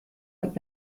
und